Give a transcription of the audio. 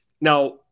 now